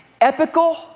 epical